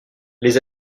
les